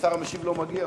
שמקבל תשומת לב רבה מאוד,